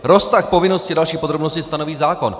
Rozsah povinnosti a další podrobnosti stanoví zákon.